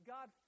God